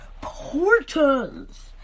portals